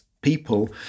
people